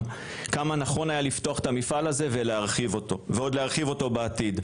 כמה היה חשוב לפתוח את המפעל הזה ועוד להרחיב אותו בעתיד.